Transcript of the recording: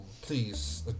please